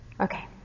Okay